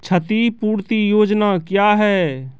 क्षतिपूरती योजना क्या हैं?